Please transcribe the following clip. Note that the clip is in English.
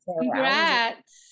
Congrats